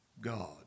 God